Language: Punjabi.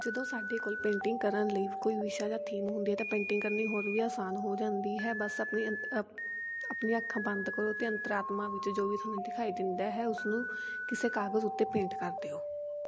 ਜਦੋਂ ਸਾਡੇ ਕੋਲ ਪੇਂਟਿੰਗ ਕਰਨ ਲਈ ਕੋਈ ਵਿਸ਼ਾ ਜਾਂ ਥੀਮ ਹੁੰਦੀ ਹੈ ਤਾਂ ਪੇਂਟਿੰਗ ਕਰਨੀ ਹੋਰ ਵੀ ਆਸਾਨ ਹੋ ਜਾਂਦੀ ਹੈ ਬਸ ਆਪਣੀ ਅੰ ਅਪ ਆਪਣੀਆਂ ਅੱਖਾਂ ਬੰਦ ਕਰੋ ਅਤੇ ਅੰਤਰ ਆਤਮਾ ਵਿੱਚ ਜੋ ਵੀ ਤੁਹਾਨੂੰ ਦਿਖਾਈ ਦਿੰਦਾ ਹੈ ਉਸਨੂੰ ਕਿਸੇ ਕਾਗਜ਼ ਉੱਤੇ ਪੇਂਟ ਕਰ ਦਿਉ